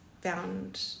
found